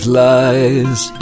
lies